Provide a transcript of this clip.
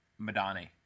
Madani